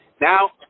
Now